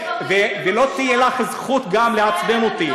וגם לא תהיה לך הזכות לעצבן אותי.